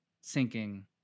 sinking